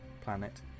planet